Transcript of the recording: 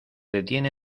detiene